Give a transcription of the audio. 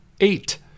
eight